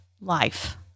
life